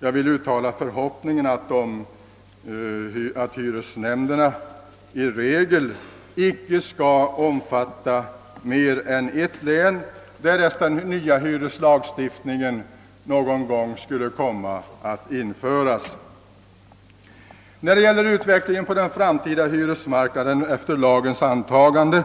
Jag vill uttala förhoppningen att hyresnämnderna i regel icke skall få omfatta mer än ett län, därest den nya hyreslagstiftningen någon gång införes. När det gäller utvecklingen på den framtida hyresmarknaden efter lagens antagande